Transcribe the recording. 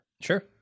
Sure